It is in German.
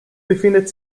befindet